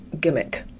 gimmick